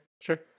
sure